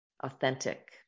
Authentic